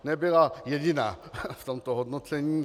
Nebyla jediná v tomto hodnocení.